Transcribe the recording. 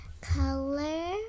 color